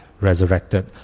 resurrected